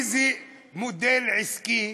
איזה מודל עסקי,